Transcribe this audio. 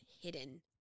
hidden